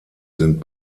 sind